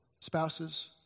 spouses